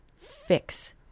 fix